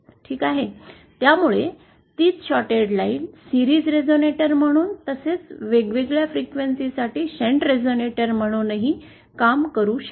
ठीक आहे त्यामुळे तीच शॉर्टेड लाईन सीरिज रेझोनेटर म्हणून तसेच वेगवेगळ्या फ्रिक्वेन्सीसाठी शंट रेझोनेटर म्हणून ही काम करू शकते